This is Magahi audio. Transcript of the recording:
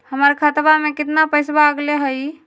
हमर खतवा में कितना पैसवा अगले हई?